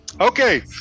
Okay